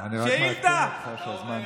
שאילתה,